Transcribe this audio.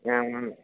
అవునండి